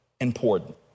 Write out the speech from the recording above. important